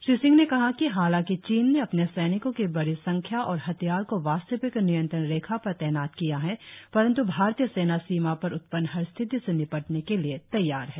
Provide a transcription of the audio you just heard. श्री सिंह ने कहा कि हालांकि चीन ने अपने सैनिकों की बड़ी संख्या और हथियार को वास्तविक नियंत्रण रेखा पर तैनात किया है परंतु भारतीय सेना सीमा पर उत्पन्न हर स्थिति से निपटने के लिए तैयार है